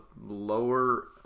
lower